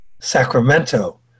Sacramento